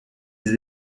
des